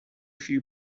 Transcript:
few